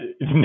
no